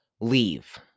leave